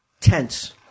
tense